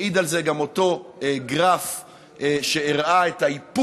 העיד על זה גם אותו גרף שהראה את ההיפוך